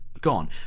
gone